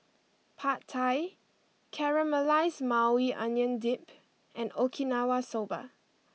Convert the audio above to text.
Pad Thai Caramelized Maui Onion Dip and Okinawa Soba